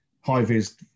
high-vis